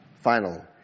final